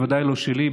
בוודאי לא שלי,